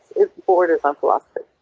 it borders on philosophy.